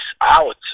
out